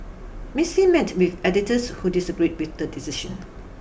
Miss Lim met with editors who disagreed with the decision